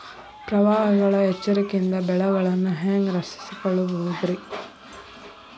ಪ್ರವಾಹಗಳ ಎಚ್ಚರಿಕೆಯಿಂದ ಬೆಳೆಗಳನ್ನ ಹ್ಯಾಂಗ ರಕ್ಷಿಸಿಕೊಳ್ಳಬಹುದುರೇ?